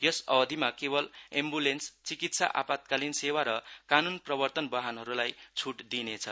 यस अवधिमा केवल एम्ब्लेन्स चिकित्सा आपतकालीन सेवा र कान्न प्रवर्तन वाहनहरूलाई छुट दिइनेछ